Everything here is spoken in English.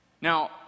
Now